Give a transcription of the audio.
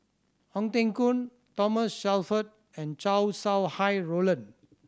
Ong Teng Koon Thomas Shelford and Chow Sau Hai Roland